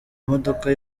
imodoka